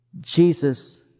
Jesus